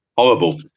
horrible